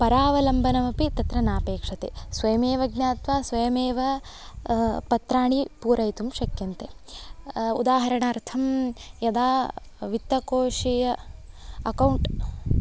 परावलम्बनमपि तत्र न अपेक्षते स्वयमेव ज्ञात्वा स्वयमेव पत्राणि पूरयितुं शक्यन्ते उदाहरणार्थं यदा वित्तकोशीय अकौण्ट्